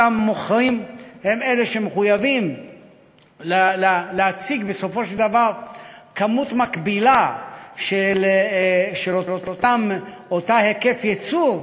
אותם מוכרים הם שמחויבים להציג כמות מקבילה של אותו היקף ייצור